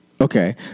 okay